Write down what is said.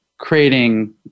Creating